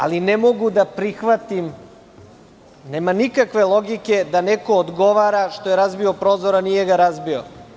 Ali, ne mogu da prihvatim, nema nikakve logike da neko odgovara što je razbio prozor, a nije ga razbio.